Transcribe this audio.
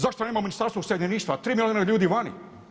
Zašto nemamo Ministarstvo useljeništva a 3 milijuna ljudi vani?